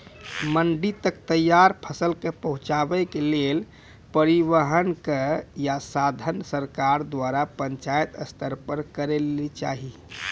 मंडी तक तैयार फसलक पहुँचावे के लेल परिवहनक या साधन सरकार द्वारा पंचायत स्तर पर करै लेली चाही?